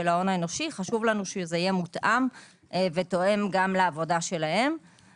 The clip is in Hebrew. ההון האנושי חשוב לנו שזה יהיה מותאם ותואם לעבודה שלהם.